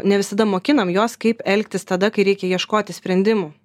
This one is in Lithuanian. ne visada mokinam juos kaip elgtis tada kai reikia ieškoti sprendimų